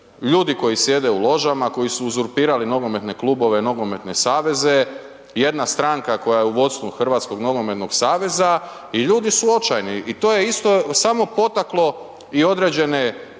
ljudi koji sjede u ložama, koji su uzurpirali nogometne klubove i nogometne saveze, jedna stranka koja je u vodstvu HNS-a i ljudi su očajni i to je isto samo potaklo i određene